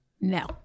No